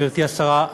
גברתי השרה,